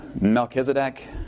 Melchizedek